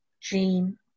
Jean